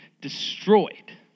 destroyed